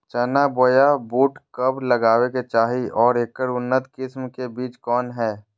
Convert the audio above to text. चना बोया बुट कब लगावे के चाही और ऐकर उन्नत किस्म के बिज कौन है?